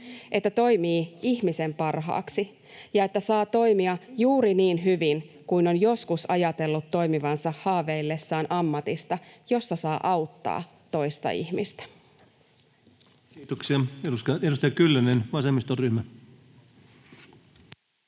että toimii ihmisen parhaaksi ja että saa toimia juuri niin hyvin kuin on joskus ajatellut toimivansa haaveillessaan ammatista, jossa saa auttaa toista ihmistä. [Speech 16] Speaker: Ensimmäinen